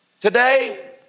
today